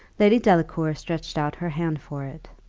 lady delacour stretched out her hand for it.